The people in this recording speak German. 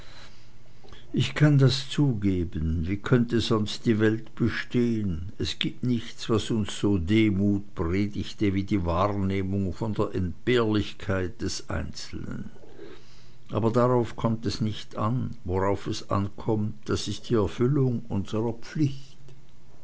ich kann das zugeben wie könnte sonst die welt bestehen es gibt nichts was uns so demut predigte wie die wahrnehmung von der entbehrlichkeit des einzelnen aber darauf kommt es nicht an worauf es ankommt das ist erfüllung unsrer pflicht